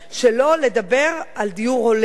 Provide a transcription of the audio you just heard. שלא לדבר על דיור הולם.